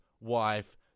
wife